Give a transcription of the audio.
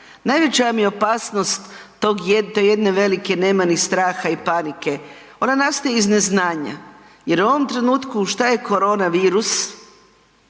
Najveća vam je opasnost te jedne velike nemani straha i panike. Ona nastaje iz neznanja jer u ovom trenutku što je koronavirus